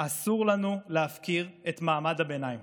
אסור לנו להפקיר את מעמד הביניים.